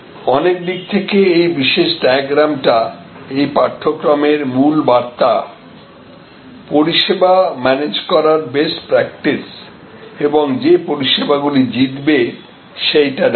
অনেক দিক থেকে এই বিশেষ ডায়াগ্রাম টা এই পাঠক্রমের মূল বার্তা পরিষেবা ম্যানেজ করার বেস্ট প্রাক্টিস এবং যে পরিষেবাগুলি জিতবে সেইটা দেখায়